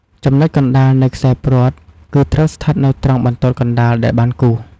ចំណុចកណ្ដាលនៃខ្សែព្រ័ត្រគឺត្រូវស្ថិតនៅត្រង់បន្ទាត់កណ្ដាលដែលបានគូស។